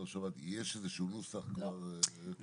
יש כבר איזשהו נוסח?